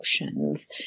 emotions